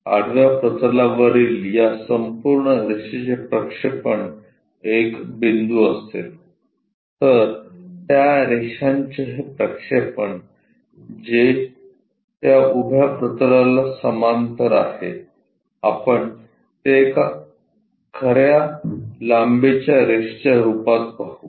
आडव्या प्रतलावरील या संपूर्ण रेषेचे प्रक्षेपण एक बिंदू असेल तर त्या रेषांचे हे प्रक्षेपण जे त्या उभ्या प्रतलाला समांतर आहे आपण ते एका खर्या लांबीच्या रेषेच्या रुपात पाहू